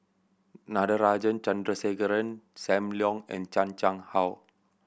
Natarajan Chandrasekaran Sam Leong and Chan Chang How